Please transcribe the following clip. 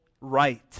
right